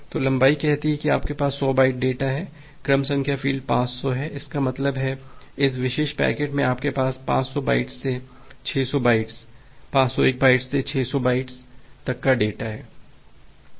तो लंबाई कहती है कि आपके पास 100 बाइट डेटा है क्रम संख्या फ़ील्ड 500 है इसका मतलब है इस विशेष पैकेट में आपके पास 500 बाइट्स से 600 बाइट्स 501 बाइट्स से 600 बाइट्स तक का डेटा है